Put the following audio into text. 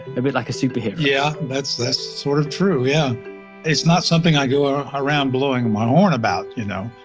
a bit like a super hero? yeah, that's that's sort of true, yeah it's not something i go um around blowing my horn about, you know.